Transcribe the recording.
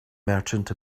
merchant